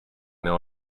mais